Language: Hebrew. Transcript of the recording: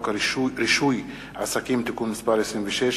זהו, אתה פה עולה ומשיב.